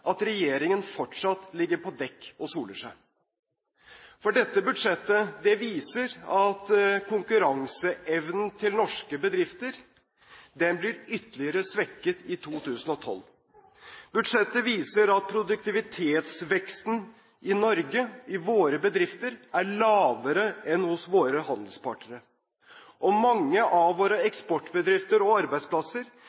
at regjeringen fortsatt ligger på dekk og soler seg. For dette budsjettet viser at konkurranseevnen til norske bedrifter blir ytterligere svekket i 2012. Budsjettet viser at produktivitetsveksten i Norge, i våre bedrifter, er lavere enn hos våre handelspartnere, og mange av våre